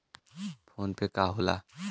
PhonePe का होला?